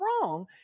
wrong